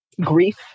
grief